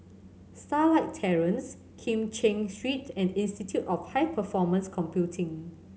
Starlight Terrace Kim Cheng Street and Institute of High Performance Computing